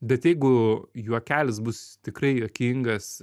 bet jeigu juokelis bus tikrai juokingas